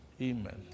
Amen